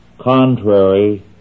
contrary